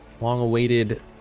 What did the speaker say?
long-awaited